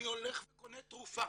אני הולך וקונה תרופה